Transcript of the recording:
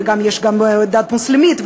ויש גם דת מוסלמית,